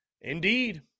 Indeed